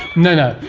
no,